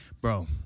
bro